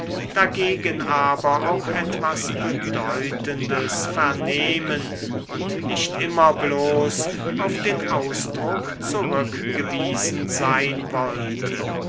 dagegen aber auch etwas bedeutendes vernehmen und nicht immer bloß auf den ausdruck zurückgewiesen sein wollte